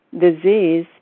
disease